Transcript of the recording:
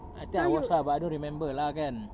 I think I watched lah but I don't remember lah kan